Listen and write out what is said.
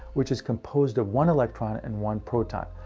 which is composed of one electron and one proton.